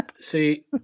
See